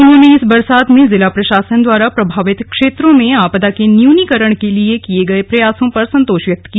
उन्होंने इस बरसात में जिला प्रशासन द्वारा प्रभावित क्षेत्रों में आपदा के न्यूनीकरण के लिए किए गये प्रयासों पर संतोष व्यक्त किया